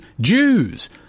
Jews